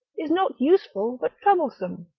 is not useful, but troublesome.